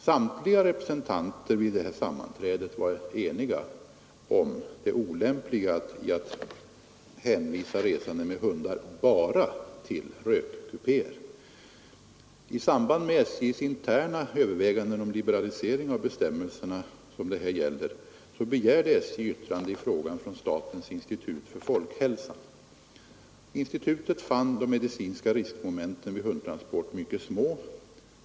Samtliga representanter vid det här sammanträdet var eniga om det olämpliga i att hänvisa resande med hundar bara till rökkupéer. I samband med SJ:s interna överväganden om liberalisering av de bestämmelser det här gäller begärde SJ yttrande i frågan från statens institut för folkhälsan. Institutet fann de medicinska riskmomenten vid hundtransport mycket små.